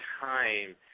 time